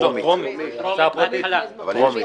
הפטור הוא